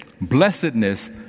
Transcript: blessedness